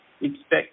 expect